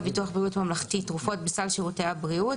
ביטוח בריאות ממלכתי (תרופות בסל שירותי הבריאות),